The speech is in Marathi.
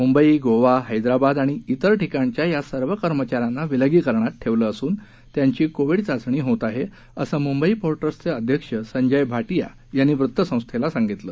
मुंबई गोवा हैदराबाद आणि त्रि ठिकाणच्या या सर्व कर्मचाऱ्यांना विलगीकरणात ठेवलं असून त्यांची कोविड चाचणी होत आहे असं मुंबई पोर्ट ट्स्टचे अध्यक्ष संजय भाटिया यांनी वृत्तसंस्थेला सांगितलं